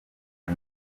uko